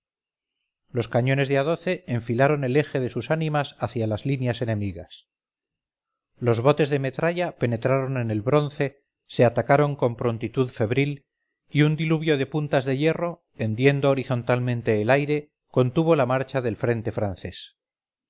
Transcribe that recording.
los cañones de a enfilaron el eje de sus ánimas hacia las líneas enemigas los botes de metralla penetraron en el bronce se atacaron con prontitud febril y un diluvio de puntas de hierro hendiendo horizontalmente el aire contuvo la marcha del frente francés